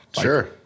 sure